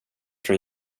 från